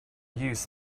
used